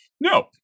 No